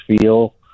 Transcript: feel